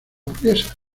burguesa